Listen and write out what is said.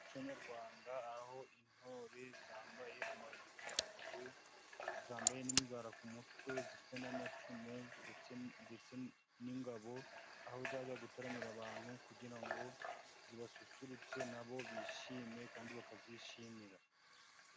Umuco nyarwanda aho intore zambaye amayogi ku maguru, zambaye n'imigara ku mutwe, zifite n'amacumu ndetse ndetse n'ingabo, aho zirajya gutaramira abantu kugira ngo zibasusurutse na bo bishime kandi bakazishimira.